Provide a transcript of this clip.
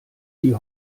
die